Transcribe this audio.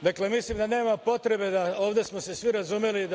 Dakle, mislim da nema potrebe, ovde smo se svi razumeli,